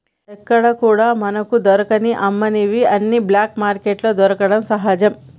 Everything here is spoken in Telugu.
ఎక్కడా కూడా మనకు దొరకని అమ్మనివి అన్ని బ్లాక్ మార్కెట్లో దొరకడం సహజం